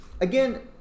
again